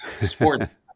sports